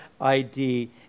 ID